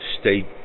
state